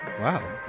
wow